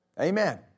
Amen